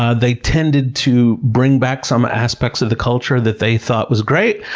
ah they tended to bring back some aspects of the culture that they thought was great.